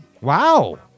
Wow